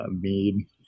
mead